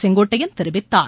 செங்கோட்டையன் தெரிவித்தார்